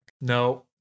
No